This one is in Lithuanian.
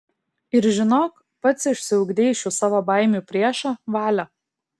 ir žinok pats išsiugdei šių savo baimių priešą valią